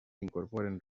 incorporen